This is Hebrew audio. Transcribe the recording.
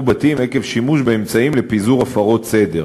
בתים עקב שימוש באמצעים לפיזור הפרות סדר.